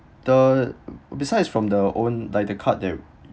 the besides from the own like the cut the